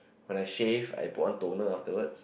when I shave I put on toner afterwards